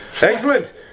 Excellent